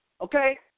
Okay